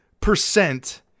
percent